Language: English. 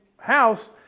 house